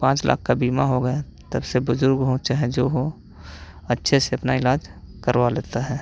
पाँच लाख का बीमा हो गया है तब से बुज़ुर्ग हों चाहे जो हों अच्छे से अपना इलाज करवा लेता है